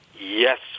Yes